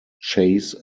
chase